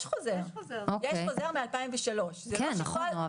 יש חוזר משנת 2003. כן, נכון.